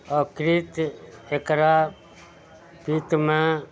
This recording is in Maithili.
यकृत एकरा पित्तमे